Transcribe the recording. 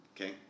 Okay